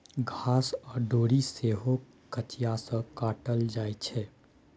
घास आ डोरी सेहो कचिया सँ काटल जाइ छै